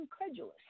incredulous